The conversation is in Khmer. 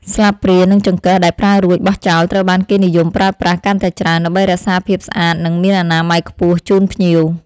ស្លាបព្រានិងចង្កឹះដែលប្រើរួចបោះចោលត្រូវបានគេនិយមប្រើប្រាស់កាន់តែច្រើន ដើម្បីរក្សាភាពស្អាតនិងមានអនាម័យខ្ពស់ជូនភ្ញៀវ។